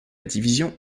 division